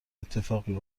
اتفاقی